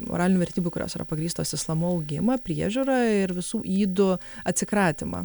moralinių vertybių kurios yra pagrįstos islamu augimą priežiūrą ir visų ydų atsikratymą